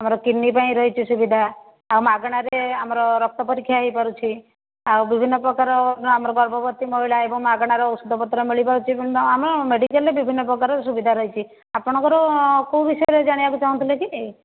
ଆମର କିଡ଼ନୀ ପାଇଁ ରହିଛି ସୁବିଧା ଆଉ ମାଗଣାରେ ଆମର ରକ୍ତ ପରୀକ୍ଷା ହୋଇପାରୁଛି ଆଉ ବିଭିନ୍ନପ୍ରକାର ଆମର ଗର୍ଭବତୀ ମହିଳା ଏବଂ ମାଗଣାରେ ଔଷଧପତ୍ର ମିଳିପାରୁଛି ଏବଂ ଆମ ମେଡ଼ିକାଲରେ ବିଭିନ୍ନପ୍ରକାର ସୁବିଧା ରହିଛି ଆପଣଙ୍କର କେଉଁ ବିଷୟରେ ଜାଣିବାକୁ ଚାହୁଁଥିଲେ କି